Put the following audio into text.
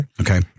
Okay